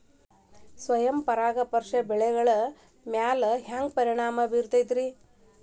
ಸ್ವಯಂ ಪರಾಗಸ್ಪರ್ಶ ಬೆಳೆಗಳ ಮ್ಯಾಲ ಹ್ಯಾಂಗ ಪರಿಣಾಮ ಬಿರ್ತೈತ್ರಿ?